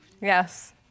Yes